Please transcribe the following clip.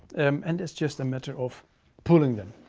and it's just a matter of pulling them.